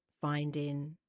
finding